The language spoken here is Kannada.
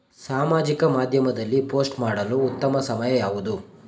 ಸಾಮಾಜಿಕ ಮಾಧ್ಯಮದಲ್ಲಿ ಪೋಸ್ಟ್ ಮಾಡಲು ಉತ್ತಮ ಸಮಯ ಯಾವುದು?